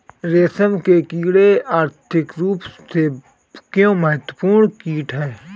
रेशम के कीड़े आर्थिक रूप से क्यों महत्वपूर्ण कीट हैं?